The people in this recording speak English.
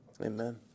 Amen